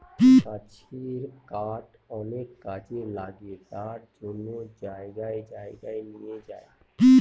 গাছের কাঠ অনেক কাজে লাগে তার জন্য জায়গায় জায়গায় নিয়ে যায়